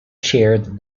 chaired